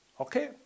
Okay